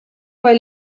poi